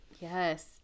Yes